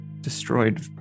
destroyed